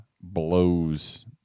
blows